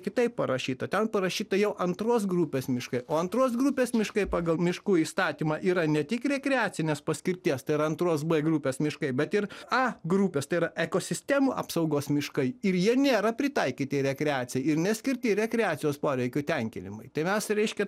kitaip parašyta ten parašyta jau antros grupės miškai o antros grupės miškai pagal miškų įstatymą yra ne tik rekreacinės paskirties tai yra antros b grupės miškai bet ir a grupės tai yra ekosistemų apsaugos miškai ir jie nėra pritaikyti rekreacijai ir neskirti rekreacijos poreikių tenkinimui tai mes reiškia